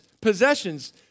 possessions